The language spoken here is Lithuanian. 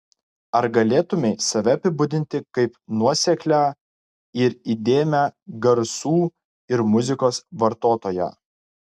ar galėtumei save apibūdinti kaip nuoseklią ir įdėmią garsų ir muzikos vartotoją